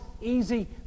easy